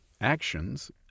Actions